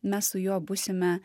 mes su juo būsime